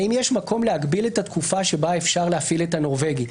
האם יש מקום להגביל את התקופה שבה אפשר להפעיל את הנורבגי.